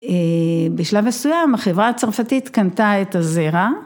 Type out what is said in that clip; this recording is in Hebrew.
‫בשלב מסוים החברה הצרפתית ‫קנתה את הזרע.